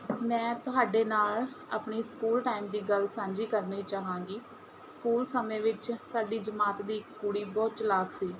ਮੈਂ ਤੁਹਾਡੇ ਨਾਲ਼ ਆਪਣੀ ਸਕੂਲ ਟਾਈਮ ਦੀ ਗੱਲ ਸਾਂਝੀ ਕਰਨੀ ਚਾਹਾਂਗੀ ਸਕੂਲ ਸਮੇਂ ਵਿੱਚ ਸਾਡੀ ਜਮਾਤ ਦੀ ਇੱਕ ਕੁੜੀ ਬਹੁਤ ਚਲਾਕ ਸੀ